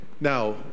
Now